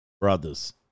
Brothers